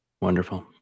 Wonderful